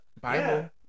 Bible